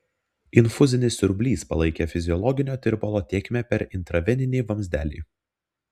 infuzinis siurblys palaikė fiziologinio tirpalo tėkmę per intraveninį vamzdelį